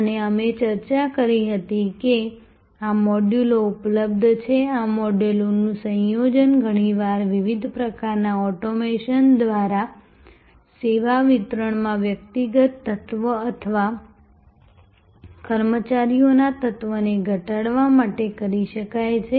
અને અમે ચર્ચા કરી હતી કે આ મોડ્યુલો ઉપલબ્ધ છે આ મોડ્યુલોનું સંયોજન ઘણીવાર વિવિધ પ્રકારના ઓટોમેશન દ્વારા સેવા વિતરણમાં વ્યક્તિગત તત્વ અથવા કર્મચારીઓના તત્વને ઘટાડવા માટે કરી શકાય છે